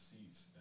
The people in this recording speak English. seats